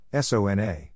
SONA